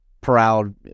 proud